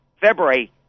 February